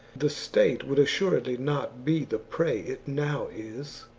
the state would assuredly not be the prey it now is,